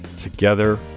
Together